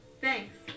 Thanks